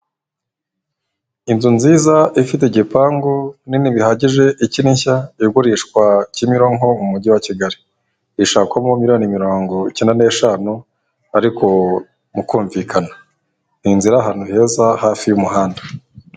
Inzu nziza ifite igipangu nini bihagije ikirinshya igurishwa Kimironko mu umujyi wa Kigali. Ishakwamo miliyoni mirongo icyenda n'eshanu ariko mukumvikana. Ni inzu iri ahantu heza hafi y'umuhanda.